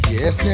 Yes